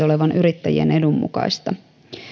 olevan yrittäjien edun mukaista